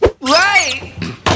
Right